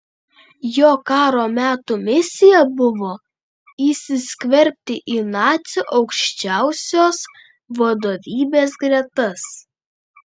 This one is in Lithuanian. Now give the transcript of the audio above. jo karo metų misija buvo įsiskverbti į nacių aukščiausios vadovybės gretas